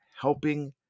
helping